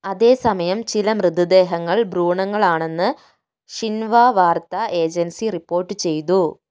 അതേസമയം ചില മൃതദേഹങ്ങൾ ഭ്രൂണങ്ങളാണെന്ന് ഷിൻവാ വാർത്താ ഏജൻസി റിപ്പോർട്ട് ചെയ്തു